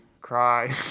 cry